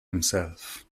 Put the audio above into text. himself